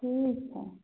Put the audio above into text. ठीक है